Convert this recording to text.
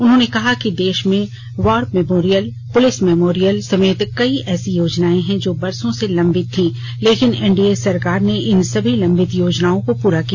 उन्होंने कहा कि देश में वॉर मेमोरियल पुलिस मेमोरियल समेत कई ऐसी योजनाएं हैं जो बरसों से अटकी हई थीं लेकिन एनडीए सरकार ने इन सभी अटकी योजनाओं को पूरा किया